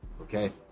Okay